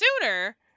sooner